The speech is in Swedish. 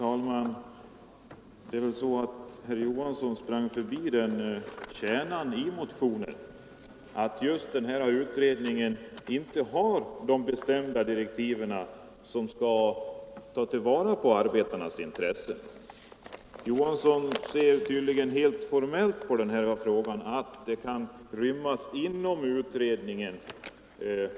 Herr talman! Herr Johansson i Trollhättan sprang väl förbi kärnan i motionen, nämligen att utredningen inte har bestämda direktiv att ta till vara arbetarnas intressen. Tydligen ser herr Johansson helt formellt på saken, när han menar att de här frågorna kan rymmas inom utredningen.